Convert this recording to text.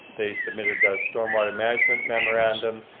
they submitted a storm water management memorandum.